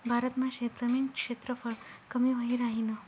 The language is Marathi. भारत मा शेतजमीन क्षेत्रफळ कमी व्हयी राहीन